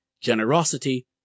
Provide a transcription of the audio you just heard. generosity